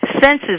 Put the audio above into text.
senses